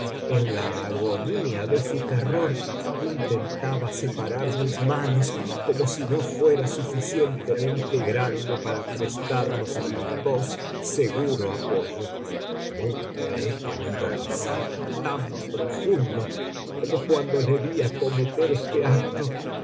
en la agonía de su terror intentaba separar mis manos como si no fuera suficientemente grande para prestarnos a los dos seguro apoyo nunca he sentido pesar tan profundo como cuando le vi acometer este acto